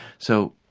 so,